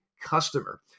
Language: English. customer